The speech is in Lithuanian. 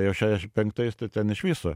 jau šešiasdešimt penktais tai ten iš viso